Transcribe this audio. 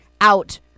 out